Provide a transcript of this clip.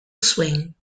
swing